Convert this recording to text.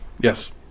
Yes